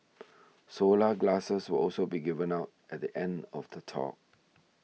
solar glasses will also be given out at the end of the talk